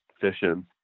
fishing